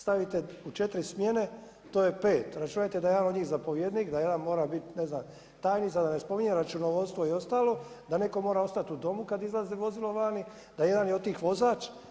Stavite u 4 smjene to je 5. Računajte da je jedan od njih zapovjednik, da jedan mora biti tajnica, da ne spominjem računovodstvo i ostalo da netko mora ostati u domu kada izlazi vozilo van, da jedan od tih je vozač.